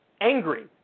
Angry